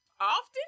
often